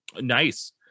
Nice